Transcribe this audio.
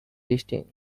distinct